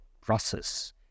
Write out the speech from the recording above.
process